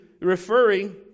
referring